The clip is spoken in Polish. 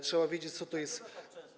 Trzeba wiedzieć, co to jest.